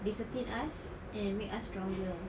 discipline us and make us stronger ah